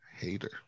Hater